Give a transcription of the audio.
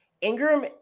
Ingram